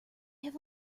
have